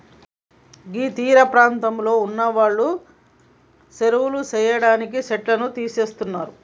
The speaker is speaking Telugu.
గీ తీరపాంతంలో ఉన్నవాళ్లు సెరువులు సెయ్యడానికి సెట్లను తీస్తున్నరు